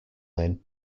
lane